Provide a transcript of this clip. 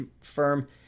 firm